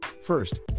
First